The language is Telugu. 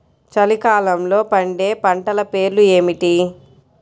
చలికాలంలో పండే పంటల పేర్లు ఏమిటీ?